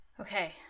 Okay